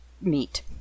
meet